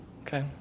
Okay